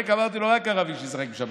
אמרתי לו: רק ערבי שישחק בשבת.